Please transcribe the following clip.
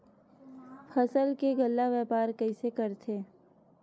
फसल के गल्ला व्यापार कइसे करथे?